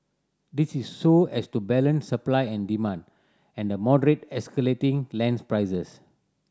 this is so as to balance supply and demand and moderate escalating lands prices